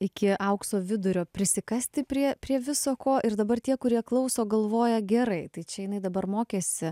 iki aukso vidurio prisikasti prie prie viso ko ir dabar tie kurie klauso galvoja gerai tai čia jinai dabar mokėsi